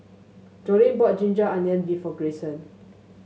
Joline bought ginger onion beef for Greyson